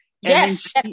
yes